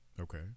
Okay